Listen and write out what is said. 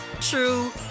true